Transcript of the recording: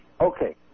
Okay